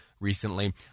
Recently